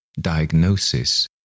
diagnosis